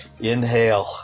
inhale